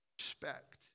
respect